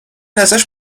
ازش